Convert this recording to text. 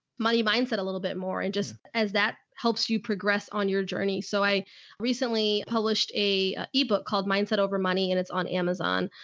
money mindset a little bit more and just as that helps you progress on your journey. so i recently published a ebook called mindset over money, and it's on amazon,